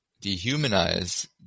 dehumanize